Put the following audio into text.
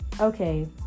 okay